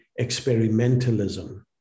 experimentalism